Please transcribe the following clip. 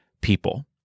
people